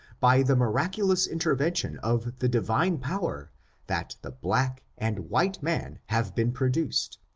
by the miraculous intervention of the divine power that the black and white man have been produced,